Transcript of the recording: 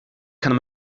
kann